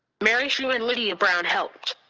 mary schuh and lydia brown helped.